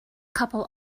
couple